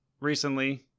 recently